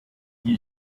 die